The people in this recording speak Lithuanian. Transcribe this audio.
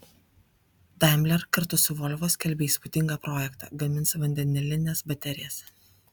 daimler kartu su volvo skelbia įspūdingą projektą gamins vandenilines baterijas